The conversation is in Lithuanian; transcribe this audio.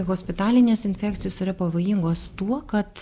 hospitalinės infekcijos yra pavojingos tuo kad